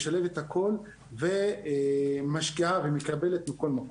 משלבת הכל ומשקיעה ומקבלת מכל מקום.